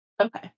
Okay